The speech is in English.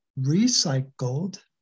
recycled